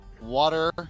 water